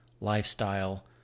lifestyle